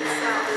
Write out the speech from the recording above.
אין שר.